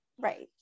right